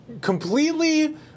completely